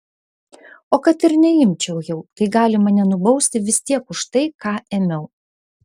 o kad ir neimčiau jau tai gali mane nubausti vis tiek už tai ką ėmiau